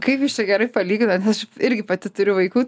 kaip jūs čia gerai palyginot irgi pati turiu vaikų